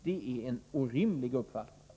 Det är en orimlig uppfattning.